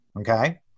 Okay